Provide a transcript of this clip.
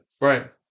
Right